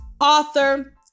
author